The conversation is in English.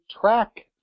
track